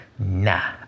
Nah